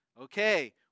Okay